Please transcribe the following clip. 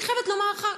אני חייבת לומר לך,